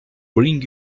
bring